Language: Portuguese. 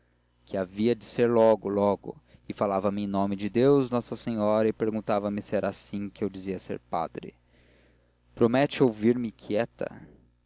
que havia de ser logo logo e falava-me em nome de deus de nossa senhora e perguntava me se era assim que dizia ser padre promete ouvir-me quieta